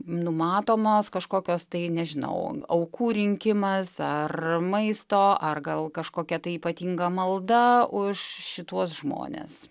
numatomos kažkokios tai nežinau aukų rinkimas ar maisto ar gal kažkokia tai ypatinga malda už šituos žmones